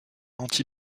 anti